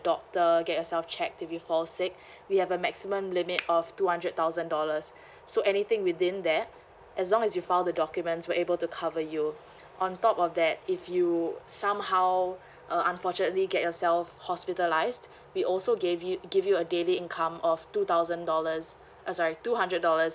doctor get yourself checked if you fall sick we have a maximum limit of two hundred thousand dollars so anything within that as long as you file the documents we're able to cover you on top of that if you somehow uh unfortunately get yourself hospitalised we also gave you give you a daily income of two thousand dollars uh sorry two hundred dollars